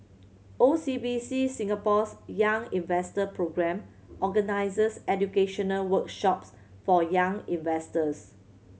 O C B C Singapore's Young Investor Programme organizes educational workshops for young investors